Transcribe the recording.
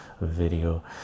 video